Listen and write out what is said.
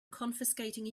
confiscating